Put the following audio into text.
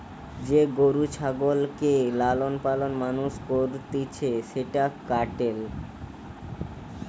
যে গরু ছাগলকে লালন পালন মানুষ করতিছে সেটা ক্যাটেল